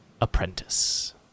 apprentice